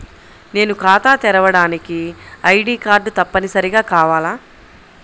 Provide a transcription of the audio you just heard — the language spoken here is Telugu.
నేను ఖాతా తెరవడానికి ఐ.డీ కార్డు తప్పనిసారిగా కావాలా?